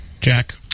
Jack